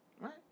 Right